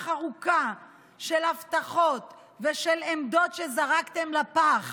ארוכה של הבטחות ושל עמדות שזרקתם לפח